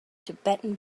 tibetan